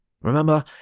Remember